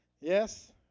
Yes